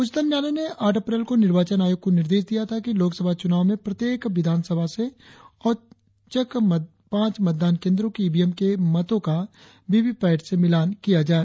उच्चतम न्यायालय ने आठ अप्रैल को निर्वाचन आयोग को निर्देश दिया था कि लोकसभा चुनाव में प्रत्येक विधानसभा से औचक पांच मतदान केंद्रों की ईवीएम के मतों का वीवीपैट से मिलान किया जाए